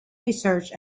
research